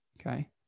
okay